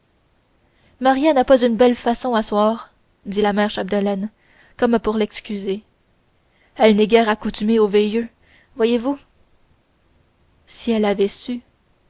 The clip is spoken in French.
maria n'a pas une bien belle façon à soir dit la mère chapdelaine comme pour l'excuser elle n'est guère accoutumée aux veineux voyez-vous si elle avait su